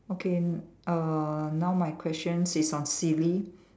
okay uh now my question is on silly